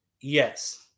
Yes